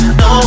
no